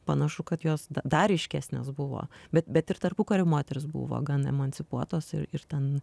panašu kad jos dar ryškesnės buvo bet bet ir tarpukariu moterys buvo gan emancipuotos ir ir ten